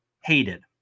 hated